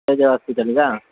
A J ಹಾಸ್ಪಿಟಲಿಗಾ